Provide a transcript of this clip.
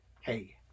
Hey